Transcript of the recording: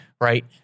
Right